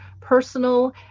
personal